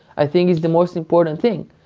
i think it's the most important thing,